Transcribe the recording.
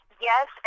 yes